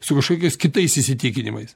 su kažkokiais kitais įsitikinimais